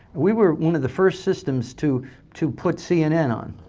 we were one of the first systems to to put cnn on.